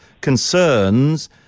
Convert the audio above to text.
concerns